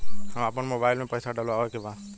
हम आपन मोबाइल में पैसा डलवावे के बा?